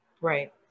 Right